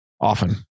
often